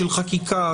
של חקיקה,